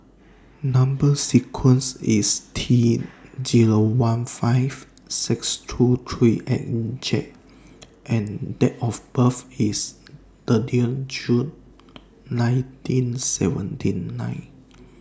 Number sequence IS T Zero one five six two three eight J and Date of birth IS thirty June nineteen seventy nine